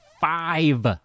five